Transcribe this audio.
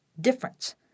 difference